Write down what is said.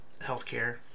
healthcare